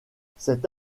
cette